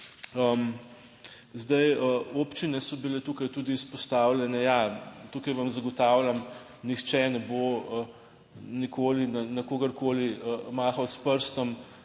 Zdaj, občine so bile tukaj tudi izpostavljene. Ja, tukaj vam zagotavljam, nihče ne bo nikoli na kogarkoli mahal s prstom.